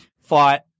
Fought